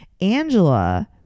angela